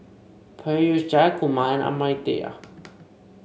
Peyush Jayakumar and Amartya